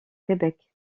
québec